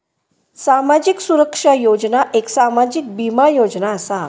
सामाजिक सुरक्षा योजना एक सामाजिक बीमा योजना असा